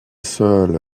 seule